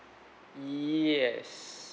yes